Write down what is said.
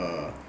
uh